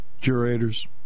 curators